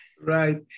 Right